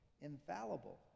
infallible